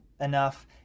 enough